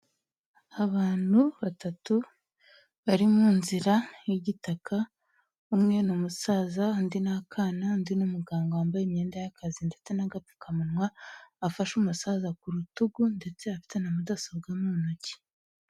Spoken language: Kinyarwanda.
Abantu batatu bari mu nzira y'igitaka, umwe ni umusaza, undi n'akana, undi n'umuganga wambaye imyenda y'akazi ndetse n'agapfukamunwa, afashe umusaza ku rutugu ndetse afite na mudasobwa mu ntoki.